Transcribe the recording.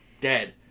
dead